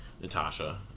natasha